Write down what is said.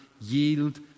yield